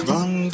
Run